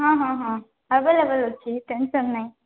ହଁ ହଁ ହଁ ଏଭେଲେବୁଲ୍ ଅଛି ଟେନ୍ସନ୍ ନାହିଁ